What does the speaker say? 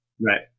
Right